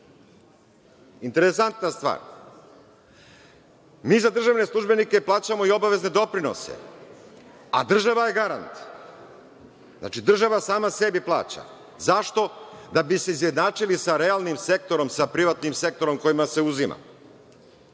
Interesantna stvar. Mi za državne službenike plaćamo i obaveze doprinose, a država je garant. Znači, država sama sebi plaća. Zašto? Da bi se izjednačili sa realnim sektorom, sa privatnim sektorom kojima se uzima.